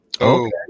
okay